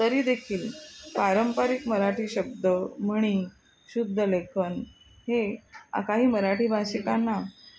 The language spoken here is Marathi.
तरीदेखील पारंपरिक मराठी शब्द म्हणी शुद्धलेखन हे अ काही मराठी भाषिकांना